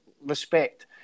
respect